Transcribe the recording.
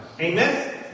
Amen